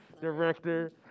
director